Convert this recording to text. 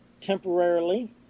temporarily